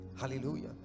hallelujah